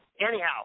anyhow